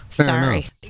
Sorry